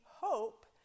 hope